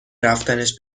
رفتنش